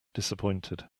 disappointed